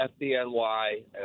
FDNY